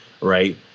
right